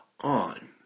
on